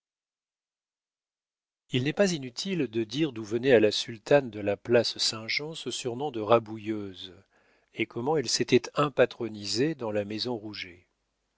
il n'est pas inutile de dire d'où venait à la sultane de la place saint-jean ce surnom de rabouilleuse et comment elle s'était impatronisée dans la maison